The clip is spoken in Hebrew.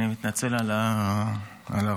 אני מתנצל על הרגשנות.